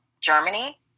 Germany